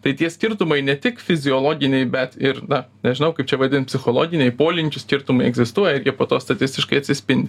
tai tie skirtumai ne tik fiziologiniai bet ir na nežinau kaip čia vadint psichologiniai polinkių skirtumai egzistuoja ir jie po to statistiškai atsispindi